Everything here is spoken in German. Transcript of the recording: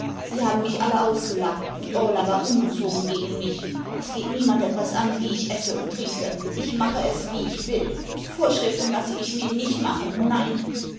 sie haben mich alle ausgelacht und orla war ungezogen gegen mich es geht niemand etwas an wie ich esse und trinke ich mache es wie ich will vorschriften lasse ich mir nicht machen nein